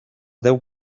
deu